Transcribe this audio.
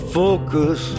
focus